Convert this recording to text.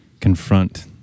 confront